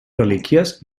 relíquies